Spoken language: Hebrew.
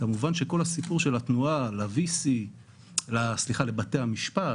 כמובן שכל הסיפור של התנועה לבתי המשפט,